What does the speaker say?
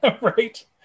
Right